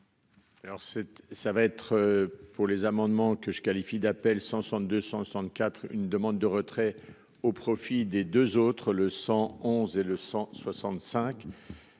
cette ça va être pour les amendements que je qualifie d'appel 162 164 une demande de retrait au profit des 2 autres le 111 et le 165